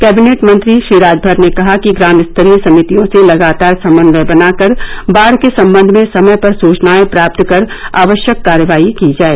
cabinet मंत्री श्री राजगर ने कहा कि ग्राम स्तरीय समितियों से लगातार समन्वय बनाकर बाढ के सम्बंध में समय पर सचनाएं प्राप्त कर आवश्यक कार्यवाही की जाए